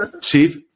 Chief